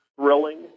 thrilling